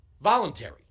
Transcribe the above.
Voluntary